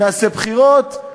נעשה בחירות,